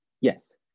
yes